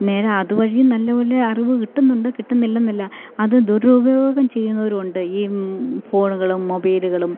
നേരാ അതു വഴി നല്ല പോലെ അറിവു കിട്ടുന്നുണ്ട് കിട്ടുന്നില്ലെന്നല്ല അതു ദുരുപയോഗം ചെയ്യുന്നവരുണ്ട് ഈ ഫോണുകളും മൊബൈലുകളും